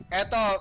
eto